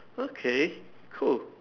okay cool